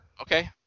Okay